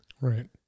Right